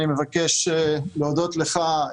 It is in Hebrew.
אני מבקש להודות לך,